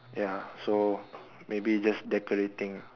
ya so maybe just decorating lah